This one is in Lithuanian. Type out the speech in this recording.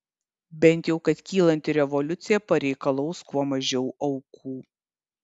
bent jau kad kylanti revoliucija pareikalaus kuo mažiau aukų